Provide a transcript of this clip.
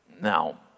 Now